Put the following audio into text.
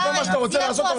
זה מה שאתה רוצה לעשות פה,